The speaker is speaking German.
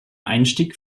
einstieg